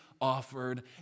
offered